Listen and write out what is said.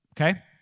Okay